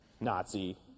Nazi